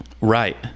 Right